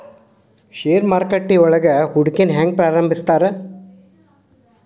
ಷೇರು ಮಾರುಕಟ್ಟೆಯೊಳಗ ಹೂಡಿಕೆನ ಹೆಂಗ ಪ್ರಾರಂಭಿಸ್ತಾರ